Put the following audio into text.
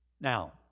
Now